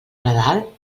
nadal